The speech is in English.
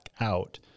out